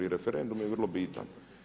i referendum je vrlo bitan.